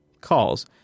calls